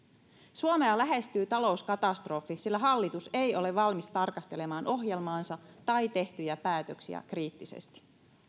suomea lähestyy talouskatastrofi sillä hallitus ei ole valmis tarkastelemaan ohjelmaansa tai tehtyjä päätöksiä kriittisesti